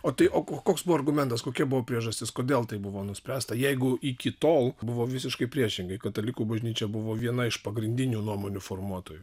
o tai o koks buvo argumentas kokia buvo priežastis kodėl taip buvo nuspręsta jeigu iki tol buvo visiškai priešingai katalikų bažnyčia buvo viena iš pagrindinių nuomonių formuotojų